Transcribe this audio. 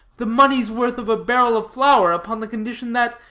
the money's worth of a barrel of flour upon the condition that,